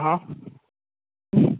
હા